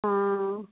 ಹಾಂ